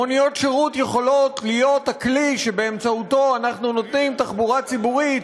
מוניות שירות יכולות להיות הכלי שבאמצעותו אנחנו נותנים תחבורה ציבורית